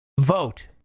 vote